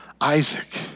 Isaac